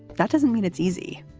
that doesn't mean it's easy.